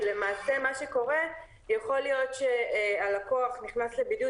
למעשה מה שקורה שיכול להיות שהלקוח נכנס לבידוד